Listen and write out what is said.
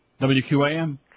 WQAM